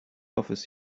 office